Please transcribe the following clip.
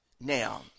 now